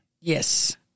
Yes